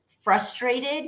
frustrated